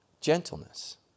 gentleness